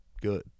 good